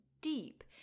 deep